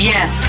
Yes